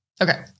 Okay